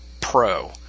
pro